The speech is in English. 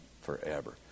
forever